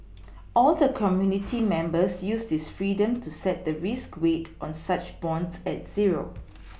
all the committee members use this freedom to set the risk weight on such bonds at zero